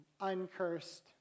uncursed